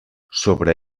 sobre